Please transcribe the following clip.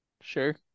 Sure